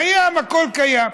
קיים, הכול קיים.